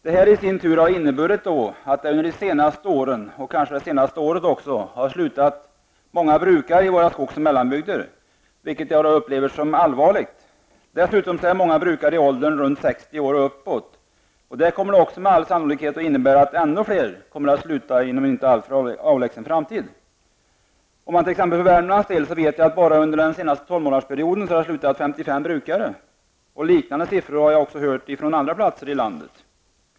Detta har i sin tur inneburit att många brukare i våra skogs och mellanbygder har upphört med sin verksamhet under de senaste åren. Jag upplever detta som allvarligt. Dessutom är många brukare i åldern 60 år och uppåt. Detta kommer med all sannolikhet att innebära att ännu fler kommer att sluta inom en inte alltför avlägsen framtid. Jag vet t.ex. att 55 brukare i Värmland bara under den senaste tolvmånadersperioden har upphört med sin verksamhet. Jag har också hört talas om liknande siffror för andra platser i landet.